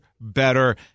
better